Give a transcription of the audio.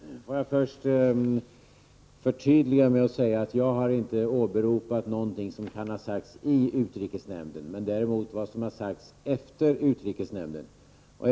Herr talman! Får jag först förtydliga mig och säga att jag inte har åberopat någonting som kan ha sagts i utrikesnämnden, däremot vad som har sagts efter utrikesnämndens sammanträde.